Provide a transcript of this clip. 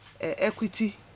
equity